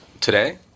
Today